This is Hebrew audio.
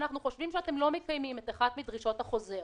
אנחנו חושבים שאתן לא מקיימות את אחת מדרישות החוזר